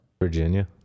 Virginia